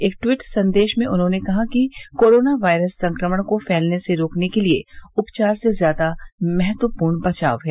एक ट्वीट संदेश में उन्होंने कहा कि कोरोना वायरस संक्रमण को फैलने से रोकने के लिये उपचार से ज्यादा महत्वपूर्ण बचाव है